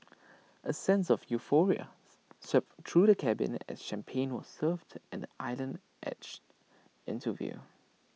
A sense of euphoria swept through the cabin as champagne was served and island edged into view